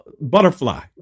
butterfly